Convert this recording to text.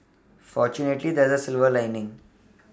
fortunately there is a silver lining